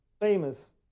famous